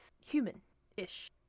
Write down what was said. human-ish